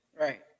Right